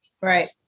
Right